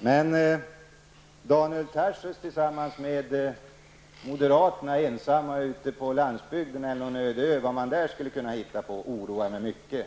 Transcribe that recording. Men vad Daniel Tarschys tillsammans med moderaterna ensam ute på landsbygden eller på någon öde ö skulle kunna hitta på oroar mig mycket.